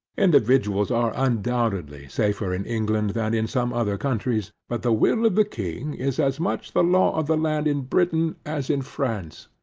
individuals are undoubtedly safer in england than in some other countries, but the will of the king is as much the law of the land in britain as in france,